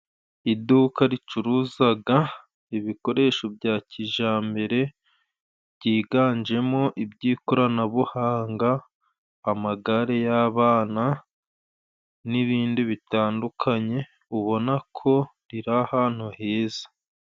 Iduka ricuruzaga ibikoresho bya kijambere byiganjemo iby'ikoranabuhanga, amagare y'abana n'ibindi bitandukanye ubona ko riri ahantu heza.